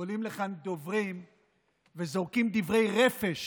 עולים לכאן דוברים וזורקים דברי רפש